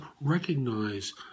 recognize